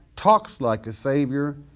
talks like a savior,